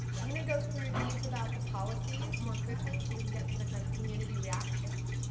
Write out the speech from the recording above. i'm gonna go through these about the policies more quickly so we can get to the kind of community reactions.